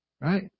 Right